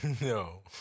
No